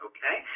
Okay